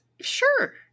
Sure